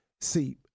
See